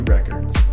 Records